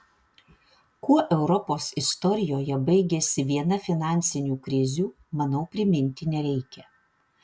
kuo europos istorijoje baigėsi viena finansinių krizių manau priminti nereikia